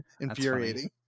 infuriating